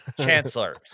Chancellor